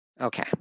Okay